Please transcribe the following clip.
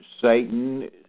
Satan